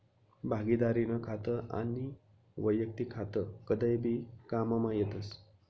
भागिदारीनं खातं आनी वैयक्तिक खातं कदय भी काममा येतस